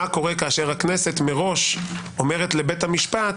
מה קורה כאשר הכנסת מראש או בדיעבד אומרת לבית המשפט: